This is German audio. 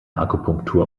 akupunktur